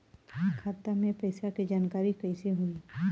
खाता मे पैसा के जानकारी कइसे होई?